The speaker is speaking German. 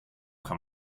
kann